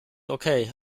okay